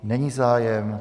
Není zájem.